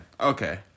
Okay